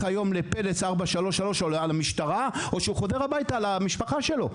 היום ל"פלס" 433 או למשטרה או שהוא חוזר הביתה למשפחה שלו.